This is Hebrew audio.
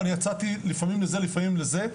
ואני יצאתי לפעמים לזה לפעמים לזה.